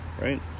Right